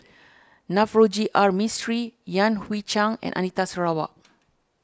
Navroji R Mistri Yan Hui Chang and Anita Sarawak